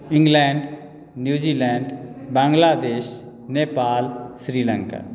England New Zealand Bangladesh Nepal Sri Lanka